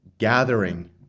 gathering